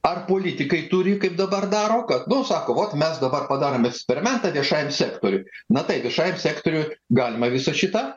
ar politikai turi kaip dabar daro kad nu sako vot mes dabar padarom eksperimentą viešąjam sektoriui na taip viešąjam sektoriui galima visą šitą